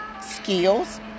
skills